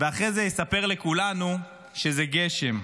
ואחרי זה יספר לכולנו שזה גשם.